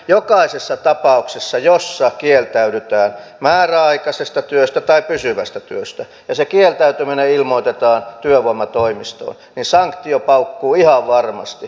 jokaisessa tapauksessa jossa kieltäydytään määräaikaisesta työstä tai pysyvästä työstä ja se kieltäytyminen ilmoitetaan työvoimatoimistoon sanktio paukkuu ihan varmasti